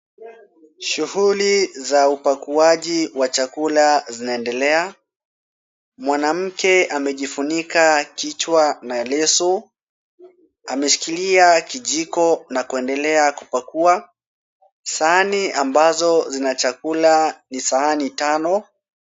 Shughuli za upakuaji wa chakula, zinaendelea. Mwanamke amejifunika kichwa na leso. Ameshikilia kijiko na kuendelea kupakua. Sahani ambazo zina chakula, ni sahani tano.